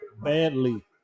Badly